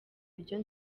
ibyo